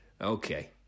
okay